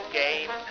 game